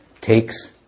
Takes